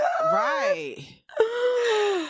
right